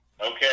Okay